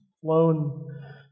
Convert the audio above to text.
flown